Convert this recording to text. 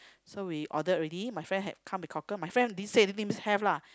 so we ordered already my friend had come with cockles my friend didn't say anything means have lah